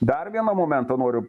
dar vieną momentą noriu